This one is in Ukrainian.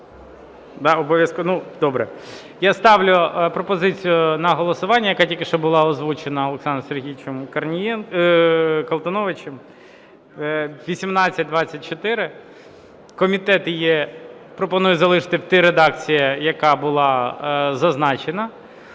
Я ставлю пропозицію на голосування, яка тільки що була озвучена Олександром Сергійовичем Колтуновичем 1824. Комітет її пропонує залишити в тій редакції, яка була зазначена.